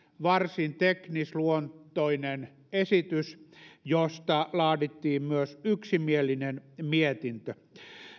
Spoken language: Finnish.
varsin teknisluontoinen esitys josta laadittiin myös yksimielinen mietintö